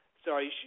sorry